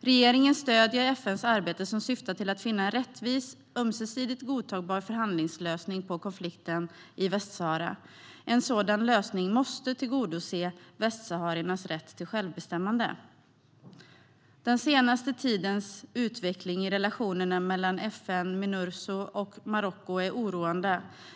Regeringen stöder FN:s arbete som syftar till att finna en rättvis och ömsesidigt godtagbar förhandlingslösning på konflikten i Västsahara. En sådan lösning måste tillgodose västsahariernas rätt till självbestämmande. Den senaste tidens utveckling i relationerna mellan FN och Minurso och Marocko är oroande.